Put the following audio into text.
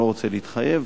אני לא רוצה להתחייב.